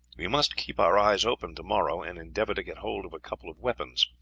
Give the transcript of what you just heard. we must keep our eyes open tomorrow, and endeavor to get hold of a couple of weapons.